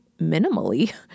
minimally